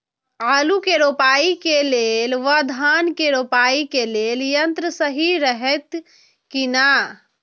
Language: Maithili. आलु के रोपाई के लेल व धान के रोपाई के लेल यन्त्र सहि रहैत कि ना?